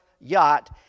yacht